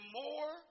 more